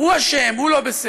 הוא אשם, הוא לא בסדר.